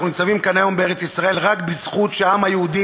אנחנו ניצבים כאן היום בארץ-ישראל רק בזכות שהעם היהודי